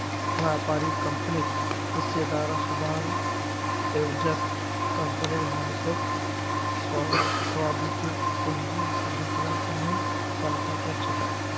व्यापारी कंपनित हिस्सेदार हबार एवजत कंपनीर मालिकक स्वाधिकृत पूंजी जुटव्वार त न सहायता कर छेक